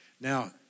Now